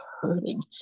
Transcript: hurting